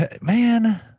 Man